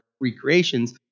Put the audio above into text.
recreations